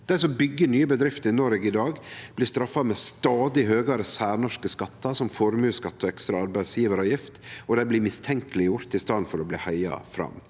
Dei som bygger nye bedrifter i Noreg i dag, blir straffa med stadig høgare særnorske skattar, som formuesskatt og ekstra arbeidsgivaravgift, og dei blir mistenkeleggjorde i staden for å bli heia fram.